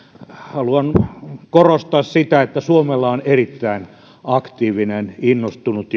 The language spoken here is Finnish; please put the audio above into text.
haluan korostaa sitä että suomella on erittäin aktiivinen innostunut